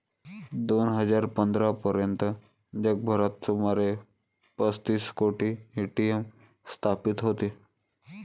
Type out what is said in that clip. दोन हजार पंधरा पर्यंत जगभरात सुमारे पस्तीस कोटी ए.टी.एम स्थापित होते